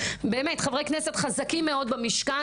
באמת חברי כנסת חזקים מאוד במשכן